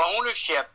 ownership